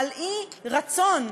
על אי-רצון,